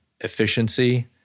efficiency